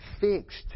fixed